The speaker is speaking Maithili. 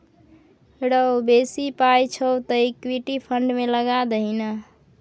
रौ बेसी पाय छौ तँ इक्विटी फंड मे लगा दही ने